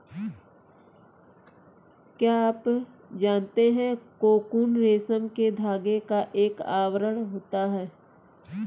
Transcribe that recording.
क्या आप जानते है कोकून रेशम के धागे का एक आवरण होता है?